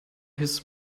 his